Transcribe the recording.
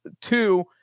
two